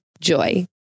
Joy